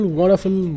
wonderful